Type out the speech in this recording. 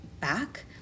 back